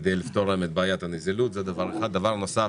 דבר שני,